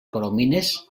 coromines